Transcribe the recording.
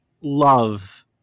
love